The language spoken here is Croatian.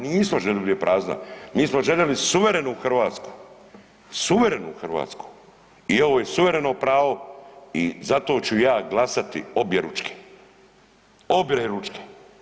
Nismo željeli da bude prazna, mi smo željeli suverenu Hrvatsku, suverenu Hrvatsku i ovo je suvereno pravo i zato ću ja glasati objeručke, objeručke.